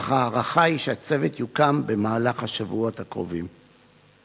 אך ההערכה היא שהצוות יוקם במהלך השבועות הקרובים.